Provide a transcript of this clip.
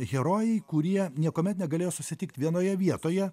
herojai kurie niekuomet negalėjo susitikt vienoje vietoje